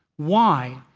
why?